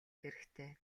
хэрэгтэй